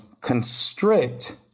constrict